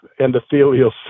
endothelial